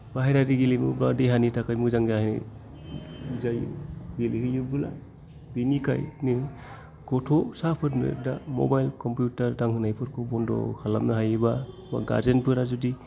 बाहेरानि गेलेमु बा देहानि थाखाय मोजां जानाय जायो गेलेहोयोब्ला बेनिखायनो गथ'साफोरनो दा मबाइल कम्पिउटार दांहोनायफोरखौ बन्द' खालामनो हायोबा बा गार्जेन फोरा जुदि